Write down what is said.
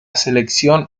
selección